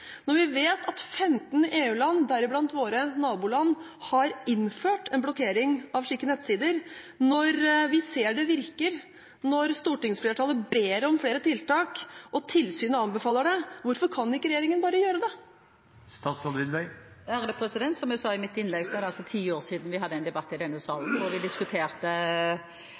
Når vi vet at 15 EU-land, deriblant våre naboland, har innført en blokkering av slike nettsider, når vi ser det virker, når stortingsflertallet ber om flere tiltak og tilsynet anbefaler det – hvorfor kan ikke regjeringen bare gjøre det? Som jeg sa i mitt innlegg, er det altså ti år siden vi hadde en debatt i denne sal